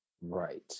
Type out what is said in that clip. Right